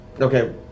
Okay